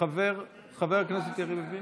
חבר הכנסת יריב לוין?